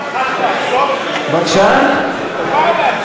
אדוני היושב-ראש, אפשר להתחיל פעם אחת מהסוף?